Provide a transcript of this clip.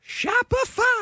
Shopify